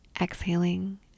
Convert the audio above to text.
Exhaling